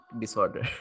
disorder